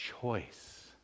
choice